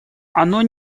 оно